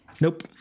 Nope